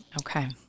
Okay